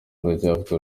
ndacyafite